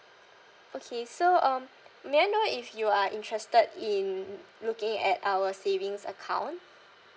okay so um may I know if you are interested in looking at our savings account